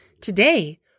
Today